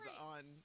on